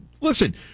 Listen